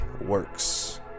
Works